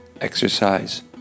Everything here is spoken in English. exercise